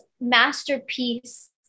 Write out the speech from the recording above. masterpiece